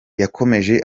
yakomeje